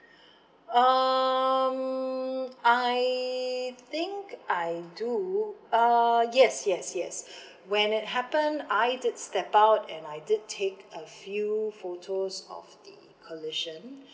um I think I do uh yes yes yes when it happened I did step out and I did take a few photos of the collision